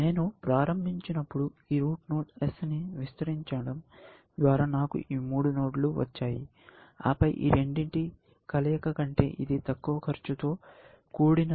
నేను ప్రారంభించినప్పుడు ఈ రూట్ నోడ్ S ని విస్తరించడం ద్వారా నాకు ఈ మూడు నోడ్లు వచ్చాయి ఆపై ఈ రెండింటి కలయిక కంటే ఇది తక్కువ ఖర్చుతో కూడుకున్నది